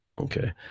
okay